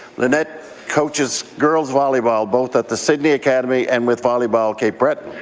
lynnette coaches girls volleyball, both at the sydney academy and with volleyball cape breton.